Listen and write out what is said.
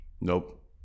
Nope